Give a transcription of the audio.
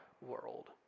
world